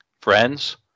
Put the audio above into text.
friends